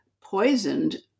poisoned